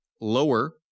lower